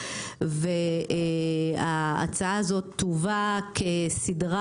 וההצעה הזאת תובא סדרה,